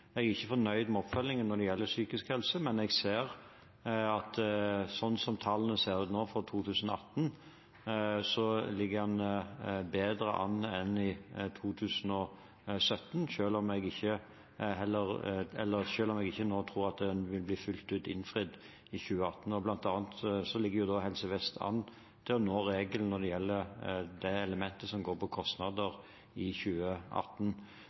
Jeg er ikke fornøyd med oppfølgingen når det gjelder psykisk helse, men jeg ser at slik som tallene ser ut nå for 2018, ligger en bedre an enn i 2017, selv om jeg ikke tror at den vil bli fullt ut innfridd i 2018. Blant annet ligger Helse Vest an til å nå regelen når det gjelder det elementet som går på kostnader, i 2018,